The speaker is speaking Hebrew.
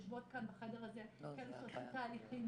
יושבות כאן בחדר הזה כאלו שעשו תהליכים,